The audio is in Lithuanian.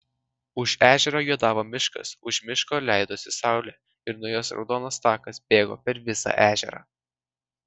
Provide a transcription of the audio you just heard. už ežero juodavo miškas už miško leidosi saulė ir nuo jos raudonas takas bėgo per visą ežerą